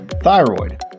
Thyroid